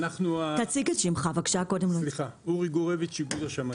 נציג איגוד השמאים,